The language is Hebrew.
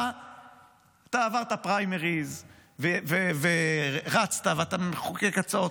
אתה עברת פריימריז ורצת ואתה מחוקק הצעות